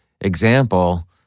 example